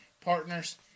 partners